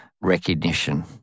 recognition